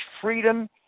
freedom